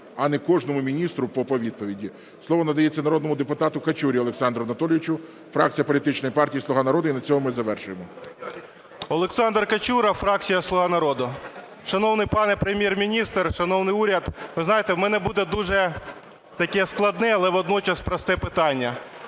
а не кожному міністру по відповіді. Слово надається народному депутату Качурі Олександру Анатолійовичу, фракція політичної партії "Слуга народу" і на цьому ми завершуємо. 11:08:36 КАЧУРА О.А. Олександр Качура, фракція "Слуга народу". Шановний пане Прем'єр-міністр, шановний уряд! Ви знаєте, у мене буде дуже таке складне, але водночас просте питання.